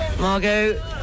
Margot